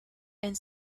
and